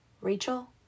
Rachel